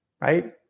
right